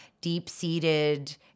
deep-seated